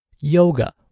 yoga